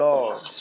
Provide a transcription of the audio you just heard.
Lord